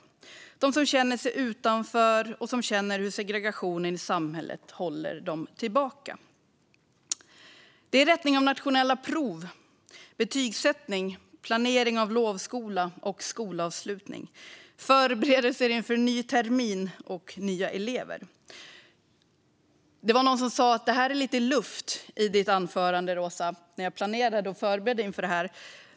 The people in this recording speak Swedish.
Det finns de som känner sig utanför och som känner hur segregationen i samhället håller dem tillbaka. Det är rättning av nationella prov, betygssättning och planering av lovskola och skolavslutning. Det är förberedelser inför en ny termin och nya elever. När jag planerade och förberedde inför detta var det någon som sa: Det är lite luft i ditt anförande, Roza.